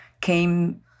came